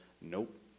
nope